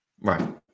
Right